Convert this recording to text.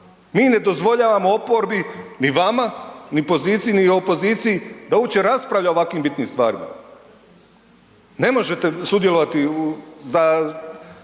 Mi ne dozvoljavamo oporbi ni vama, ni poziciji ni opoziciji da uopće raspravlja o ovako bitnim stvarima. Ne možete sudjelovati sa